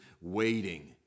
waiting